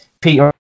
Peter